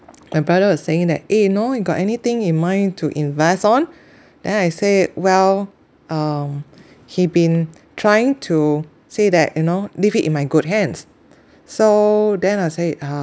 my brother was saying that eh you know you got anything in mind to invest on then I say well um he been trying to say that you know leave it in my good hands so then I say uh